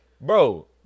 bro